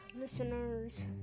listeners